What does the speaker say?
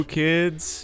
kids